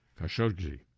Khashoggi